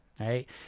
right